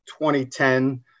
2010